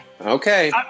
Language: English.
okay